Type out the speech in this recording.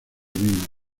vinos